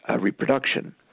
reproduction